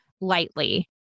lightly